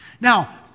Now